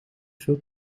veel